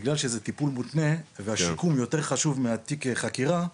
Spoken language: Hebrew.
בגלל שזה טיפול מותנה והשיקום יותר חשוב מהתיק חקירה,